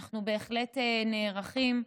אנחנו בהחלט נערכים.